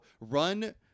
run